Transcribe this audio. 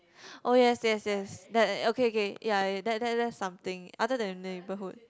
oh yes yes yes that uh okay okay ya eh that that that's something other than neighbourhood